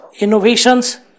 innovations